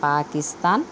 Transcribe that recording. Pakistan